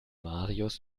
marius